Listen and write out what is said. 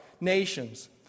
nations